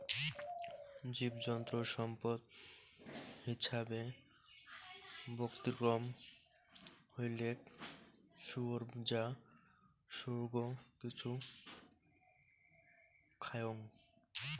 জীবজন্তু সম্পদ হিছাবে ব্যতিক্রম হইলেক শুয়োর যা সৌগ কিছু খায়ং